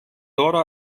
dora